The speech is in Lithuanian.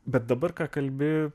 bet dabar ką kalbi